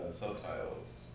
subtitles